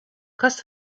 kas